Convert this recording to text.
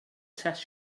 test